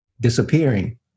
disappearing